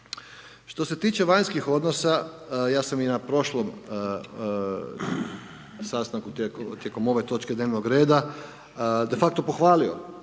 Što se tiče vanjskih odnosa, ja sam i na prošlom sastanku tijekom ove točke dnevnog reda, de facto pohvalio